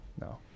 No